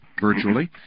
virtually